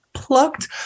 plucked